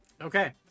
Okay